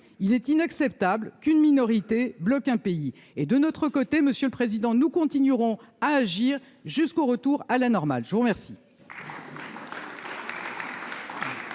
il est inacceptable qu'une minorité bloque un pays et de notre côté, Monsieur le Président, nous continuerons à agir jusqu'au retour à la normale, je vous remercie.